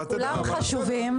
כולם חשובים,